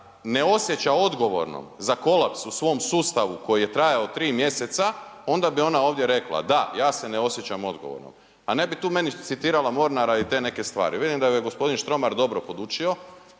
ne osjeća odgovornom za kolaps u svom sustavu koji je trajao 3 mjeseca onda bi ona ovdje rekla, da ja se ne osjećam odgovornom, a ne bi tu meni citirala Mornara i te neke stvari. Vidim da ju je gospodin Štromar dobro podučio